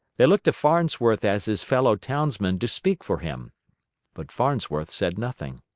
they looked to farnsworth as his fellow townsman to speak for him but farnsworth said nothing,